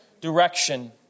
direction